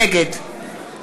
נגד